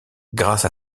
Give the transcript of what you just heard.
grâce